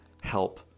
help